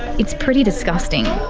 it's pretty disgusting.